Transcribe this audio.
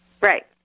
Right